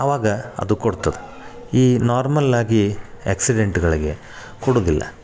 ಅವಾಗ ಅದು ಕೊಡ್ತದೆ ಈ ನಾರ್ಮಲ್ಲಾಗಿ ಆ್ಯಕ್ಸಿಡೆಂಟ್ಗಳಿಗೆ ಕೊಡುವುದಿಲ್ಲ